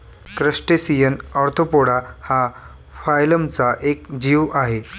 crustacean arthropoda हा फायलमचा एक जीव आहे